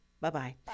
bye-bye